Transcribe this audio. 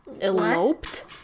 Eloped